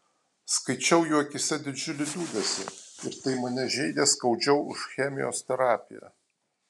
skaičiau jų akyse didžiulį liūdesį ir tai mane žeidė skaudžiau už chemijos terapiją